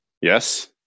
Yes